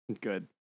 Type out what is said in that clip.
Good